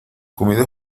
comida